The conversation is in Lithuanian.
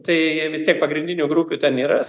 tai vis tiek pagrindinių grupių ten yra